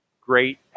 great